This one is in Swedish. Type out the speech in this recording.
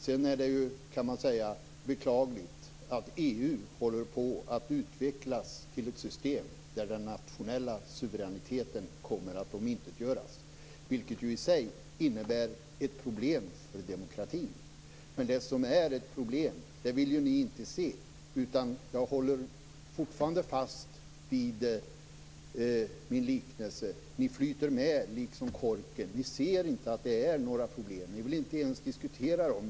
Sedan är det beklagligt att EU håller på att utvecklas till ett system där den nationella suveräniteten kommer att omintetgöras, vilket i sig innebär ett problem för demokratin. Men det problemet vill ni inte se. Jag håller fortfarande fast vid min liknelse, att ni flyter med liksom korken. Ni ser inte att det finns några problem. Ni vill inte ens diskutera dem.